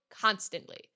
constantly